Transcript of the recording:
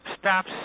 Stop